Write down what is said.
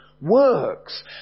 works